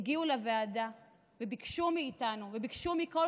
הן הגיעו לוועדה וביקשו מאיתנו וביקשו מכל